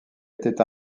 était